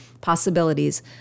possibilities